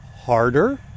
harder